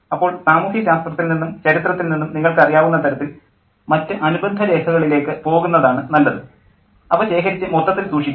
അപ്പോൾ സാമൂഹ്യശാസ്ത്രത്തിൽ നിന്നും ചരിത്രത്തിൽ നിന്നും നിങ്ങൾക്ക് അറിയാവുന്ന തരത്തിൽ മറ്റ് അനുബന്ധ രേഖകളിലേക്ക് പോകുന്നതാണ് നല്ലത് അവ ശേഖരിച്ച് മൊത്തത്തിൽ സൂക്ഷിക്കുക